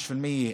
12%,